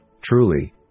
Truly